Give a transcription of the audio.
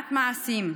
מעט מעשים.